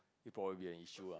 it probably will be an issue ah